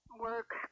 work